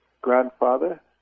grandfather